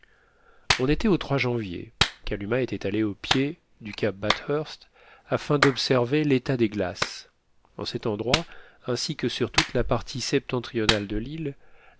on était au janvier kalumah était allée au pied du cap bathurst afin d'observer l'état des glaces en cet endroit ainsi que sur toute la partie septentrionale de l'île